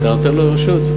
אתה נותן לו רשות?